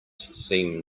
seem